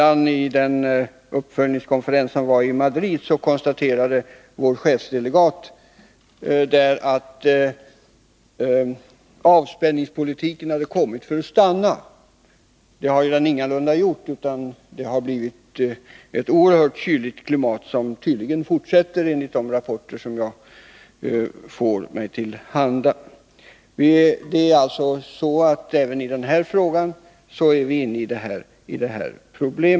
Vid uppföljningskonferensen i Belgrad konstaterade vår chefdelegat att avspänningspolitiken hade kommit för att stanna. Det har den ingalunda gjort. Klimatet har blivit oerhört kyligt, och det fortsätter att vara så, enligt de rapporter som kommer mig till handa. Det gör sig gällande även i religionsfrihetsfrågan.